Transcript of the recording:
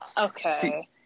Okay